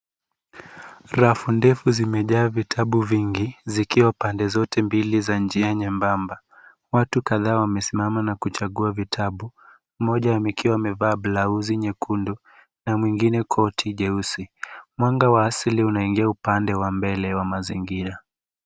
Rafu ndefu zimejaa vitabu vingi zikiwa pande zote mbili za njia nyembamba. Watu kadhaa wamesimama na kuchagua vitabu. Mmoja akiwa amevaa blauzi nyekundu na mwengine koti jeusi. Mwanga wa asili unaingia upande wa mbele wa mazingira.